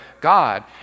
God